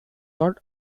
not